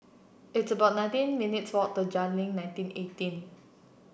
it's about nineteen minutes' walk to Jayleen nineteen eighteen